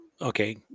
okay